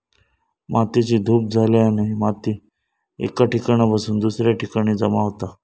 मातेची धूप झाल्याने माती एका ठिकाणासून दुसऱ्या ठिकाणी जमा होता